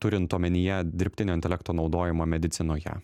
turint omenyje dirbtinio intelekto naudojimą medicinoje